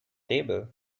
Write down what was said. table